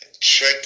Check